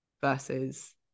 versus